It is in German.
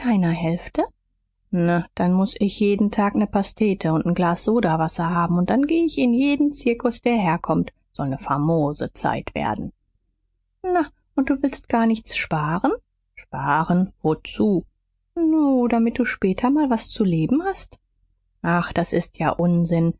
hälfte na dann muß ich jeden tag ne pastete und n glas sodawasser haben und dann geh ich in jeden zirkus der herkommt soll ne famose zeit werden na und du willst gar nichts sparen sparen wozu nu damit du später mal was zu leben hast ach das ist ja unsinn